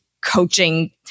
coaching